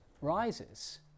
rises